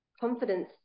confidence